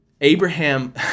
Abraham